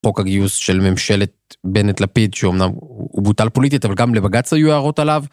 חוק הגיוס של ממשלת בנט לפיד שאומנם הוא בוטל פוליטית אבל גם לבג"צ היו הערות עליו.